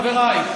חבריי,